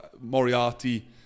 Moriarty